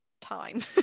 time